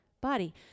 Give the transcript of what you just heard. Body